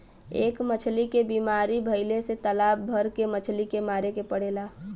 एक मछली के बीमारी भइले से तालाब भर के मछली के मारे के पड़ेला